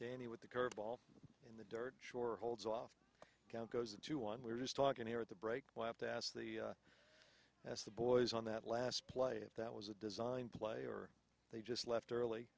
any with the curve ball in the dirt sure holds off count goes into one we're just talking here at the break we'll have to ask the as the boys on that last play if that was a design play or they just left early